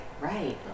right